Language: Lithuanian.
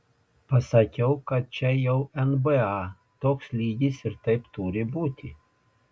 pasakiau kad čia jau nba toks lygis ir taip turi būti